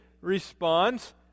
responds